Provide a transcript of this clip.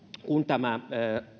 kun tämä